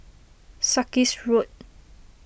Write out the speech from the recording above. Sarkies Road